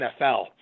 nfl